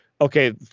okay